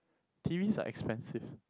T_Vs are expensive